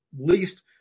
least